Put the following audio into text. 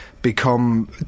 become